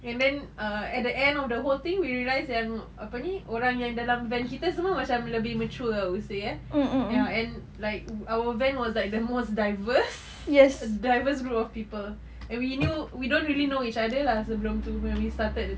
and then err at the end of the whole thing we realised yang apa ni orang yang dalam van kita semua macam lebih mature I would say eh and like our van was like the most diverse diverse group of people and we knew we don't really know each other lah sebelum tu when we started the trip